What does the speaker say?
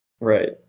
Right